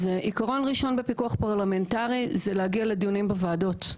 אז עיקרון ראשון בפיקוח פרלמנטרי זה להגיע לדיונים בוועדות.